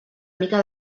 mica